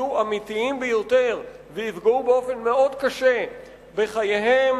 יהיו אמיתיים ביותר ויפגעו באופן מאוד קשה בחייהן